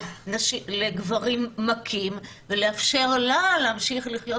מעון לגברים מכים ולאפשר לה להמשיך לחיות